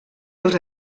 els